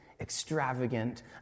extravagant